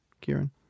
Kieran